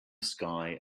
sky